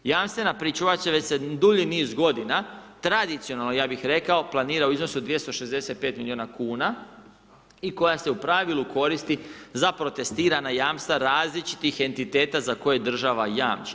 Jamstvena pričuva, će sad dulji niz g. tradicionalno, ja bih rekao, planira u iznosu od 265 milijuna kn i koja se u pravilu koristi za protestirana jamstva različitih entiteta, za koje država jamči.